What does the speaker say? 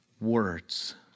words